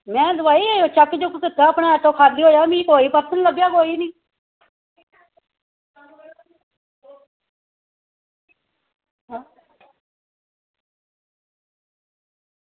में भाई चेक कीता अपना ऑटो खाल्ली होया मिगी कोई पर्स निं लब्भेआ कोई निं